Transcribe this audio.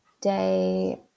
day